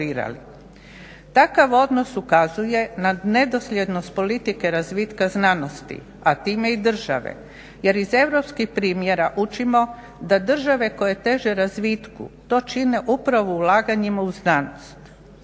Takav odnos ukazuje na nedosljednost politike razvitka znanosti, a time i države jer iz europskih primjera učimo da države koje teže razvitku to čine upravo ulaganjima u znanost,